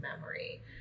memory